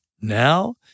now